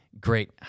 great